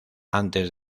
antes